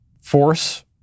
force